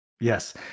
yes